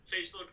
Facebook